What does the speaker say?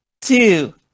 two